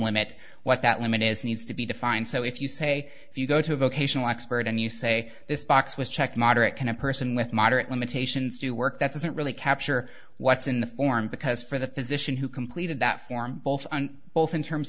limit what that limit is needs to be defined so if you say if you go to a vocational expert and you say this box was checked moderate can a person with moderate limitations do work that doesn't really capture what's in the form because for the physician who completed that form both on both in terms